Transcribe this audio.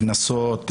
קנסות,